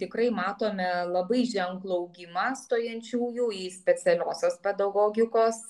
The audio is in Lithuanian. tikrai matome labai ženklų augimą stojančiųjų į specialiosios pedagogikos